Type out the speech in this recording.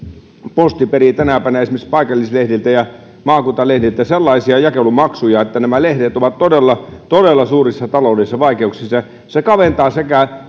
posti perii tänä päivänä esimerkiksi paikallislehdiltä ja maakuntalehdiltä sellaisia jakelumaksuja että nämä lehdet ovat todella todella suurissa taloudellisissa vaikeuksissa se kaventaa